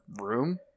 room